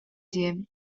дии